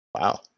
Wow